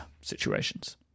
situations